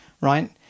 right